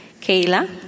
Kayla